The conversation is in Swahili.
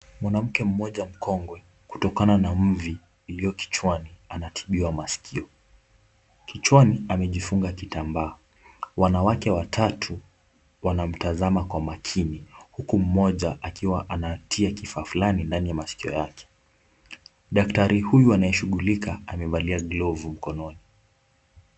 Mwanamke mmoja mkongwe kutokana na mvi iliyo kichwani anatibiwa masikio, kichwani amejifunga kitambaa, wanawake watatu wanamtazama kwa makini, huku mmoja akiwa anatia kifaa fulani ndani ya masikio yake, daktari huyu anayeshughulika amevalia glavu mkononi.